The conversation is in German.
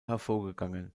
hervorgegangen